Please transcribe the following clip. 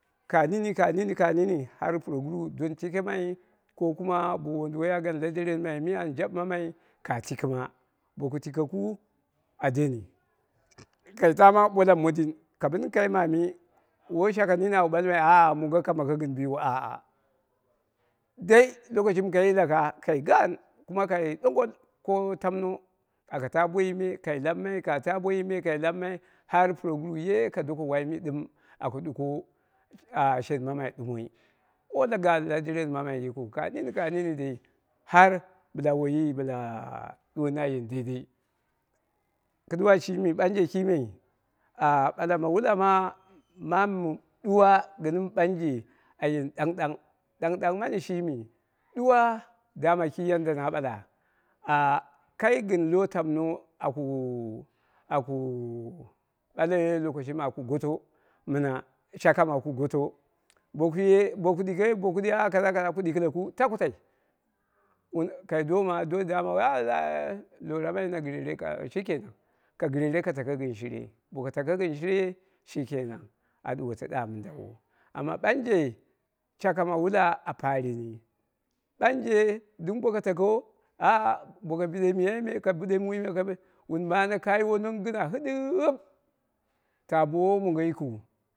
Ka nini, ka nini, ka nini har puroguru, don tikemai ko kuma bo wonduwoi a gan la derenmai mɨ an jaɗemamai ka tikɨma boku tikeku a deni kai taama bo lau mondin, ka bɨni kai mami woi shaka mini au ɓalma mongo ka mako gɨn biu aa, dai lokoshi mɨ kai yilaka kai gaan kai ɗoko ko tamno aka taa boiyime kai labmai, kai taa boiyi me kai labmai har puroguru ye ka doko wai mɨ ɗɨm aku ɗuko ah shen mammai ɗumoi. woi na ga derenmai yikiu ka nini ka nini dai har bɨla woiyi bɨla ɗuwoni a ɗeidei. Kɨduwa shimi ɓanje kime ɓala ma wula ma mamu ɗuwa gɨn mɨ ɓanje ayen ɗang ɗang, ɓang ɓang mani kɨshin mi ɗuwa, daman ki yanda na ɓala ah kai gɨn lotamno aku ɓale lokoshi mɨ aku goto mɨna, shakam aku goto boko ye ku dike ah kaza, kaza taku tai, kai doma do dammawu ah ah lowo rammai na gɨrere shi kenan, ka gɨrere ka tako gɨn shire, boka tako gɨn shire shi kenan a ɗuwoto ɗa mɨndawo amma ɓanje shaka wula a paghɨreni, ɓanje ko boko biɗe miyai me ka biɗe mui me wun ma kayiwo non gɨna ɗɨgɨm ta bo woi womongo yikiu ko